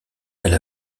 elle